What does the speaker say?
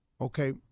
okay